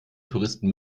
touristen